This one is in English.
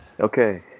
okay